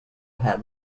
had